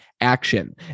action